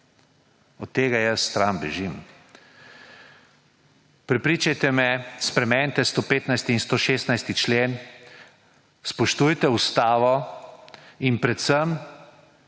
Od tega jaz stran bežim. Prepričajte me, spremenite 115. in 116. člen, spoštujte ustavo in predvsem